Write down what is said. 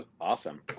Awesome